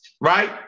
right